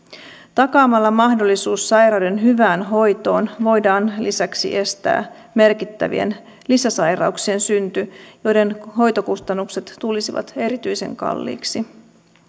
takaamalla mahdollisuus sairauden hyvään hoitoon voidaan lisäksi estää merkittävien lisäsairauksien synty joiden hoitokustannukset tulisivat erityisen kalliiksi